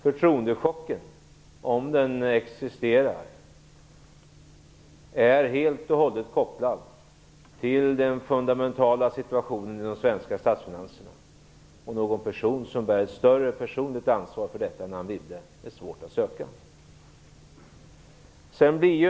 Om det existerar en förtroendechock är den helt och hållet kopplad till den fundamentala situationen i de svenska statsfinanserna, och någon person som bär större personligt ansvar för detta än Anne Wibble är det svårt att finna.